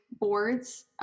boards